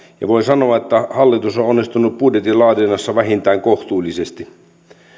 ja voi sanoa että hallitus on onnistunut budjetin laadinnassa vähintään kohtuullisesti